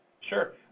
Sure